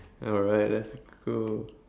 alright let's go